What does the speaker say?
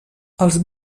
els